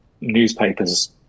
newspapers